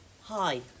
Hi